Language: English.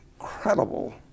incredible